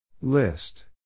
List